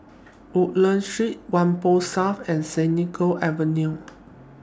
Woodlands Street Whampoa South and Senoko Avenue